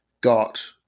got